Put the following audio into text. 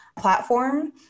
platform